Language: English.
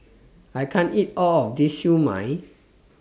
I can't eat All of This Siew Mai